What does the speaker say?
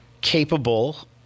capable